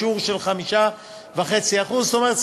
בשיעור של 5.5%. זאת אומרת,